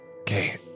okay